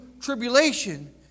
tribulation